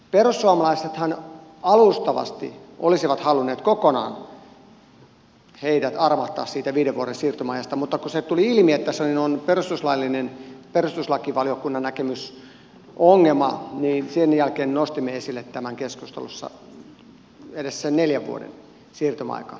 perussuomalaisethan alustavasti olisivat halunneet kokonaan heidät armahtaa siitä viiden vuoden siirtymäajasta mutta kun tuli ilmi että siinä on perustuslakivaliokunnan näkemys ongelmana niin sen jälkeen nostimme esille keskustelussa edes sen neljän vuoden siirtymäajan